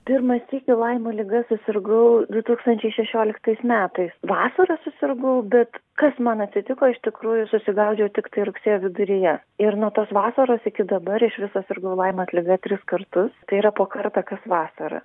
pirmą sykį laimo liga susirgau du tūkstančiai šešioliktais metais vasarą susirgau bet kas man atsitiko iš tikrųjų susigaudžiau tiktai rugsėjo viduryje ir nuo tos vasaros iki dabar iš viso sirgau laimas liga tris kartus tai yra po kartą kas vasarą